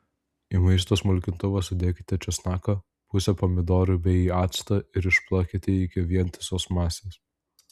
į maisto smulkintuvą sudėkite česnaką pusę pomidorų bei actą ir išplakite iki vientisos masės